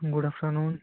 good after noon